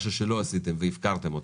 משהו שלא עשיתם והפקרתם אותם,